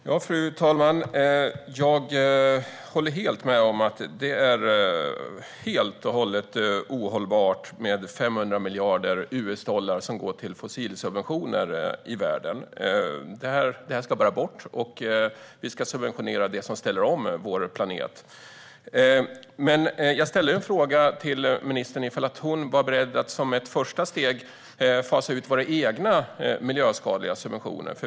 Fru talman! Jag håller med om att det är helt och hållet ohållbart att 500 miljarder US-dollar går till fossilsubventioner i världen. Detta ska bort, och vi ska subventionera det som ställer om vår planet. Men jag frågade ministern om hon var beredd att som ett första steg fasa ut våra egna miljöskadliga subventioner.